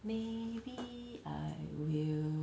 maybe I will